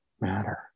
matter